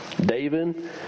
David